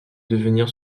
devenir